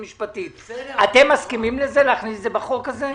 אתם מסכימים להכניס את זה בחוק הזה?